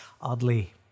oddly